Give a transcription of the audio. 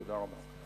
תודה רבה.